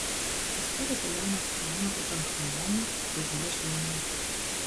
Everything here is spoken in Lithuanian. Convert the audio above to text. istorija apie jauną faraoną tutanchamoną daugmaž žinoma